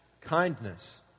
kindness